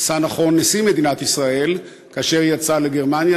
עשה נכון נשיא מדינת ישראל כאשר יצא לגרמניה